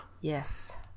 Yes